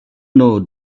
know